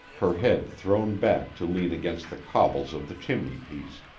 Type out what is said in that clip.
her head thrown back to lean against the cobbles of the chimney-piece,